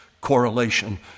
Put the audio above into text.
correlation